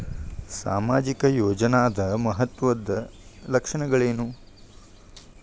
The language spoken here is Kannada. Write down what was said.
ಸಾಮಾಜಿಕ ಯೋಜನಾದ ಮಹತ್ವದ್ದ ಲಕ್ಷಣಗಳೇನು?